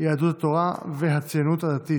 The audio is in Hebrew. יהדות התורה והציונות הדתית.